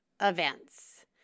events